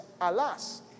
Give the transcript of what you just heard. Alas